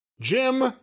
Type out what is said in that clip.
Jim